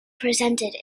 presented